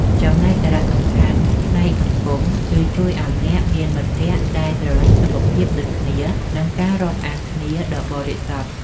ចំណែកសារៈសំខាន់ផ្នែកសង្គម គឺការជួយឱ្យអ្នកមានមិត្តភក្តិដែលស្រឡាញ់សុខភាពដូចគ្នា និងការរាប់អានគ្នាដ៏បរិសុទ្ធ។